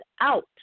out